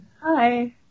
Hi